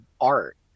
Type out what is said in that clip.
art